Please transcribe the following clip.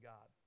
God